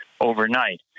overnight